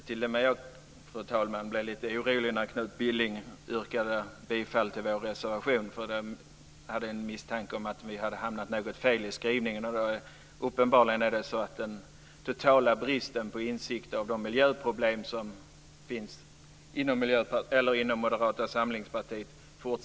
Fru talman! Jag blev faktiskt lite orolig när Knut Billing yrkade bifall till vår reservation. Jag hade en misstanke om att vi hade hamnat något fel i skrivningen men uppenbarligen är det så att Moderata samlingspartiets totala brist på insikt om de miljöproblem som finns fortsätter att lysa igenom.